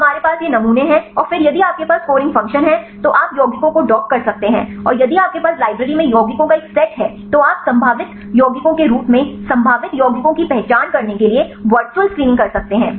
तो हमारे पास ये नमूने हैं और फिर यदि आपके पास स्कोरिंग फ़ंक्शन है तो आप यौगिकों को डॉक कर सकते हैं और यदि आपके पास लाइब्रेरी में यौगिकों का एक सेट है तो आप संभावित यौगिकों के रूप में संभावित यौगिकों की पहचान करने के लिए वर्चुअल स्क्रीनिंग कर सकते हैं